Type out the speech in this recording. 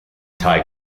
thai